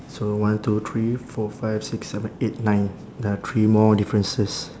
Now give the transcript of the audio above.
so one two three four five six seven eight nine there are three more differences